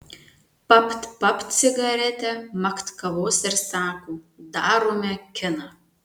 papt papt cigaretę makt kavos ir sako darome kiną